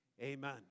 Amen